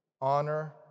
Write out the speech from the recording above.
honor